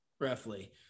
roughly